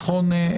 נכון?